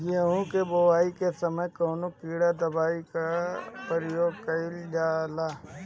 गेहूं के बोआई के समय कवन किटनाशक दवाई का प्रयोग कइल जा ला?